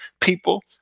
People